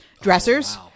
Dressers